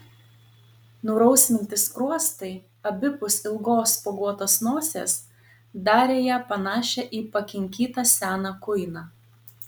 nurausvinti skruostai abipus ilgos spuoguotos nosies darė ją panašią į pakinkytą seną kuiną